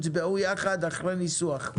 נצביע עליהם ביחד אחרי שהסעיף ינוסח.